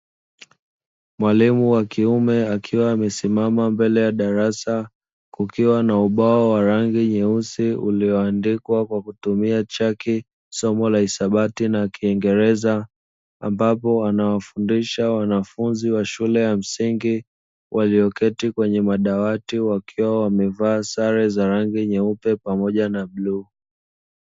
Mwalimu wa kiume akiwa amesimama mbele ya darasa kukiwa na ubao wa rangi nyeusi uliyoandikwa kwa kutumia chaki somo la hisabati na kiingereza ambapo anawafundisha wanafunzi wa shule ya msingi waliyoketi kwenye madawati wakiwa wamevaa sare za rangi nyeupe pamoja na bluu.